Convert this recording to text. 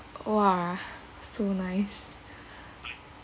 !wah! so nice